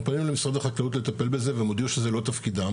אנחנו פנינו למשרד החקלאות לטפל בזה והם הודיעו שזה לא תפקידם.